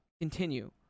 continue